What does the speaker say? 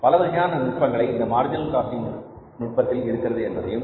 பலவகையான நுட்பங்களை இந்த மார்ஜினல் காஸ்டிங் நுட்பத்தில் இருக்கிறது என்பதையும்